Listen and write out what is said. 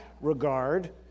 regard